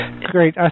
Great